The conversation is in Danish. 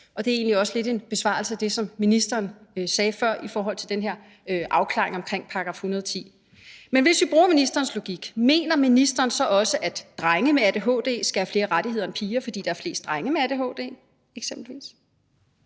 Det er egentlig også lidt en besvarelse af det, som ministeren sagde før, i forhold til den her afklaring omkring § 110. Men hvis vi bruger ministerens logik, mener ministeren så også, at drenge med adhd skal have flere rettigheder end piger, fordi der er flest drenge med adhd eksempelvis?